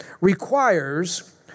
requires